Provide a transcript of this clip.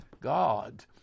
God